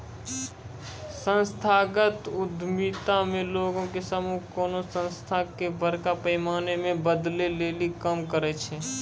संस्थागत उद्यमिता मे लोगो के समूह कोनो संस्था के बड़का पैमाना पे बदलै लेली काम करै छै